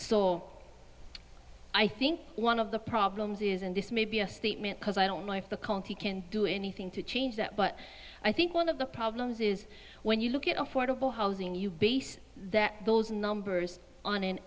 so i think one of the problems is and this may be a statement because i don't know if the county can do anything to change that but i think one of the problems is when you look at affordable housing you base that those numbers on an